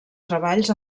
treballs